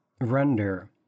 render